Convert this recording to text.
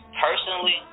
personally